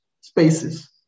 spaces